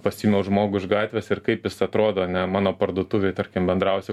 pasiėmiau žmogų iš gatvės ir kaip jis atrodo ane mano parduotuvėj tarkim bendrauja su